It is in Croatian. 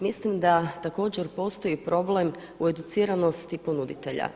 Mislim da također postoji problem u educiranosti ponuditelja.